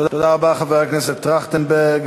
תודה רבה, חבר הכנסת טרכטנברג.